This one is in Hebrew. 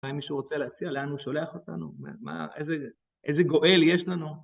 אם מישהו רוצה להציע, לאן הוא שולח אותנו, איזה גואל יש לנו.